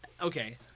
okay